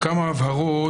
כמה הבהרות.